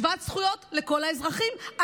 שוות זכויות לכל האזרחים,